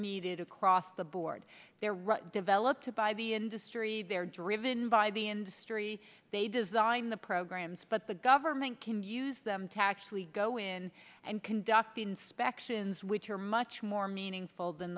needed across the board they're run developed by the industry they're driven by the industry they design the programs but the government can use them tax we go in and conduct inspections which are much more meaningful than